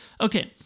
Okay